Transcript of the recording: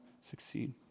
succeed